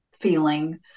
feeling